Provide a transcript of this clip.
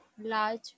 Large